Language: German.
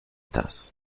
das